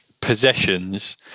possessions